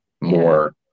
more